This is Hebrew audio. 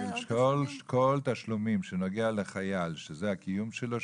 שכל תשלומים שנוגע לחייל שזה הקיום שלו,